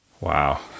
Wow